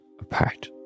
apart